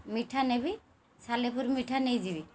ମିଠା ନେବି ସାଲେପୁର ମିଠା ନେଇଯିବି